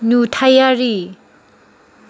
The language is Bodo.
नुथायारि